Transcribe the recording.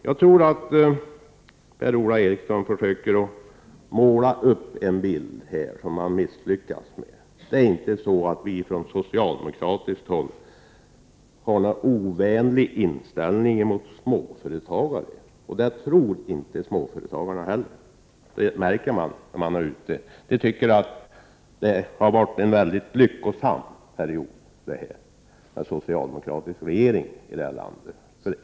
Jag tror att Per-Ola Eriksson gör ett misslyckat försök att måla upp en bild av att vi på socialdemokratiskt håll har en ovänlig inställning mot småföretagare. Det tror inte småföretagarna på. Det märker man när man är ute på företagen. Småföretagarna tycker att det har varit en lyckosam period med en socialdemokratisk regering i det här landet.